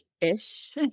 ish